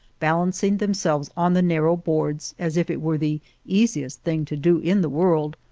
balancing themselves on the narrow boards as if it were the easiest thing to do in the world,